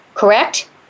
correct